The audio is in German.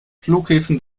flughäfen